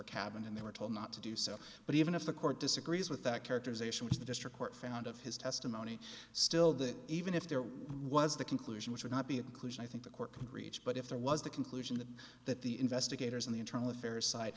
were cabin and they were told not to do so but even if the court disagrees with that characterization it's the district court found of his testimony still that even if there was the conclusion which would not be a conclusion i think the court could reach but if there was the conclusion that the investigators in the internal affairs site